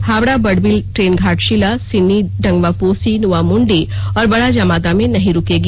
Howrah Barbil train Ghatshila Sini Dangoaposi Noamundi और बड़ा जामदा में नहीं रूकेंगी